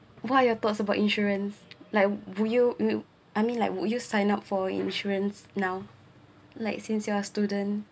what are your personal insurance like would you would you I mean like would you sign up for insurance now like since you are student